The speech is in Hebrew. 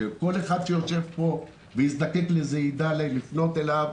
שכל אחד שיושב פה ויזדקק לזה יידע לפנות אליו.